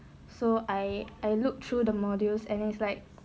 so I I look through the modules and then it's like